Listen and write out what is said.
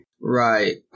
Right